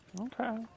Okay